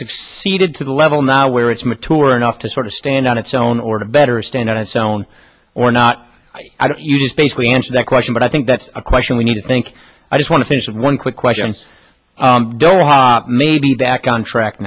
succeeded to the level now where it's mature enough to sort of stand on its own or to better stand on its own or not i don't you just basically answer that question but i think that's a question we need to think i just want to finish with one quick question maybe back on track